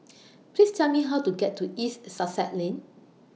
Please Tell Me How to get to East Sussex Lane